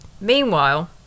Meanwhile